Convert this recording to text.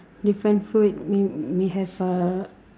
different food may have uh